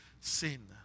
sin